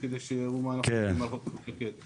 כדי שיראו מה אנחנו חושבים על חלופת שקד.